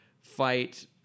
fight